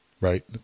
right